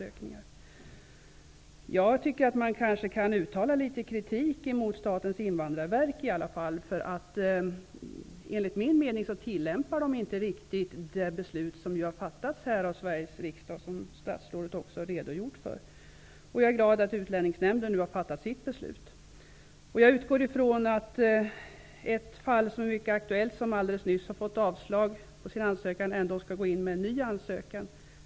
Jag tycker att man kan uttala kritik mot Statens invandrarverk. Enligt min mening tillämpar Invandrarverket inte riktigt det beslut som har fattats av Sveriges riksdag och som statsrådet har redogjort för. Jag är glad att Utlänningsnämnden nu har fattat sitt beslut. Jag utgår från att en person som alldeles nyss fått avslag på sin ansökan kommer att lämna inen ny ansökan.